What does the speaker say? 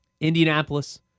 Indianapolis